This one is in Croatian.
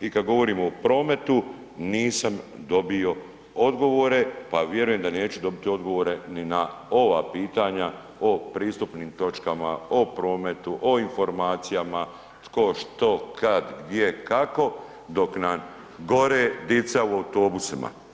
i kad govorimo o prometu, nisam dobio odgovore pa vjerujem da neću dobiti odgovore ni na ova pitanja o pristupnim točkama, o prometu, o informacijama, tko, što, kad, gdje, kako dok nam gore dica u autobusima.